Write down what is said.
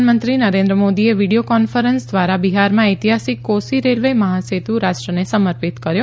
પ્રધાનમંત્રી નરેન્દ્ર મોદીએ video conference દ્વારા બિહારમાં ઐતિહાસિક કોસી રેલવે મહાસેતુ રાષ્ટ્રને સમર્પિત કર્યો